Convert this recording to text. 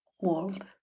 world